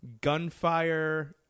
gunfire